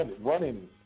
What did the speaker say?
running